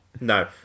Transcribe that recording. No